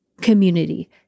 Community